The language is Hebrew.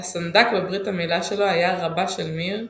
הסנדק בברית המילה שלו היה רבה של מיר,